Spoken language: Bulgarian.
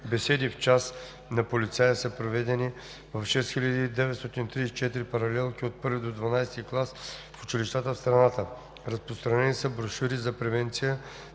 Беседи „Час на полицая“ са проведени в 6934 паралелки от I до XII клас в училищата в страната. Разпространени са брошури за превенция